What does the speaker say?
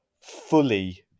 fully